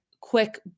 quick